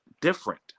different